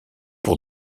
pour